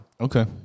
Okay